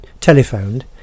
telephoned